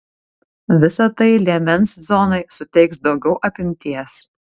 visa tai liemens zonai suteiks daugiau apimtiems